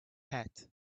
hat